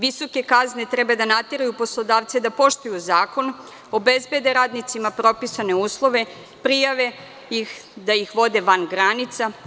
Visoke kazne treba da nateraju poslodavce da poštuju zakon, obezbede radnicima propisane uslove, prijave ih da ih vode van granica.